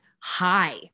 high